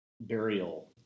burial